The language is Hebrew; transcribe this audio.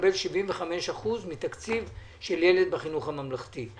מקבל 75% מתקציב של ילד בחינוך הממלכתי.